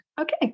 Okay